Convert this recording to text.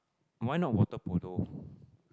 why not water polo